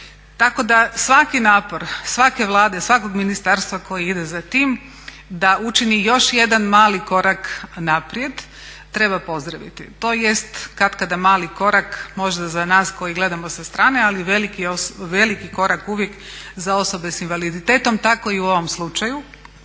Tako da svaki napor svake Vlade, svakog ministarstva koji ide za tim da učini još jedan mali korak naprijed treba pozdraviti. To jest katkada mali korak možda za nas koji gledamo sa strane ali veliki korak uvijek za osobe s invaliditetom. Tako i u ovom slučaju